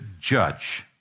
judge